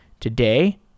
Today